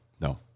No